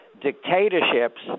dictatorships